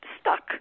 stuck